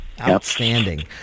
outstanding